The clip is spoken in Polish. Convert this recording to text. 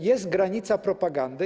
Jest granica propagandy.